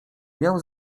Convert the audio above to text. miał